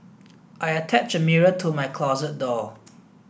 I attached a mirror to my closet door